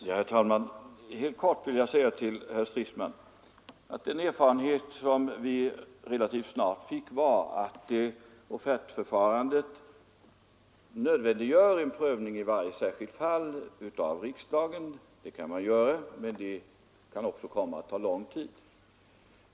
Herr talman! Helt kort vill jag säga till herr Stridsman att den erfarenhet som vi relativt snart fick var att offertförfarandet nödvändiggör en prövning av riksdagen i varje särskilt fall. En sådan kan göras, men den kan komma att ta lång tid.